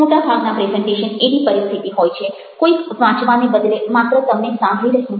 મોટાભાગના પ્રેઝન્ટેશન એવી પરિસ્થિતિ હોય છે કોઈક વાંચવાને બદલે માત્ર તમને સાંભળી રહ્યું છે